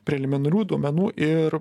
preliminarių duomenų ir